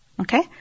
Okay